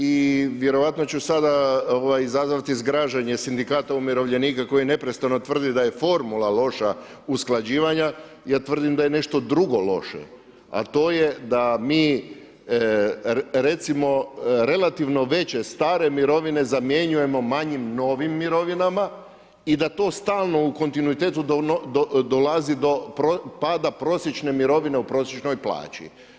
I vjerojatno ću sada izazvati zgražanje sindikata umirovljenika koji neprestano tvrdi da je formula loša usklađivanja, ja tvrdim da je nešto drugo loše a to je da mi recimo relativno veće, stare mirovine zamjenjujemo manjim novim mirovinama i da to stalno u kontinuitetu dolazi do pada prosječne mirovine u prosječnoj plaći.